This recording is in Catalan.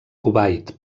kuwait